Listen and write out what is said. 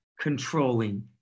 controlling